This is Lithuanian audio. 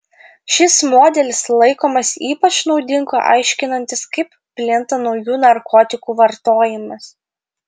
šis modelis laikomas ypač naudingu aiškinantis kaip plinta naujų narkotikų vartojimas